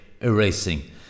erasing